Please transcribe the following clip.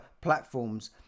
platforms